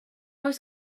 oes